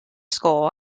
school